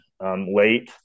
late